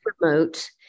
remote